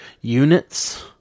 units